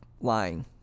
lying